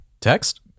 text